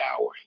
hour